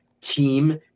team